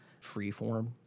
freeform